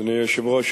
אדוני היושב-ראש,